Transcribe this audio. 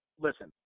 listen